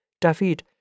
David